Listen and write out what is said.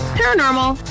paranormal